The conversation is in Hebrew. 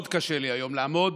מאוד קשה לי היום לעמוד